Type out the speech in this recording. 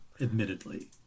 admittedly